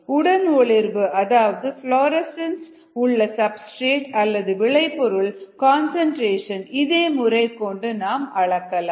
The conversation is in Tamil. உடன் ஒளிர்வு அதாவது ஃபிளாரன்ஸ் உள்ள சப்ஸ்டிரேட் அல்லது விளைபொருள் கன்சன்ட்ரேஷன் இதே முறை கொண்டு நாம் அளக்கலாம்